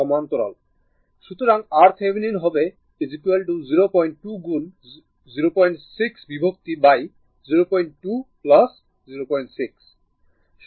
সুতরাং RThevenin হবে 02 গুন 06 বিভক্ত02 06